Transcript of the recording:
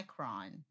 Micron